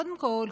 קודם כול,